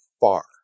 far